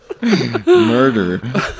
Murder